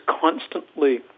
constantly